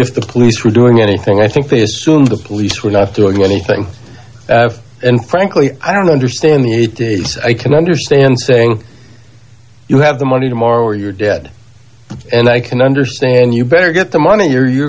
if the police were doing anything i think they assumed the police were not doing anything and frankly i don't understand i can understand saying you have the money tomorrow or you're dead and i can understand you better get the money or you're